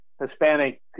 Hispanic